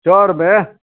चऽरमे